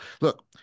Look